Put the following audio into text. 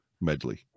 medley